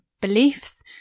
beliefs